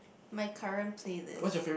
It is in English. my current playlist